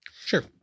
Sure